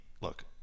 look